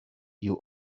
you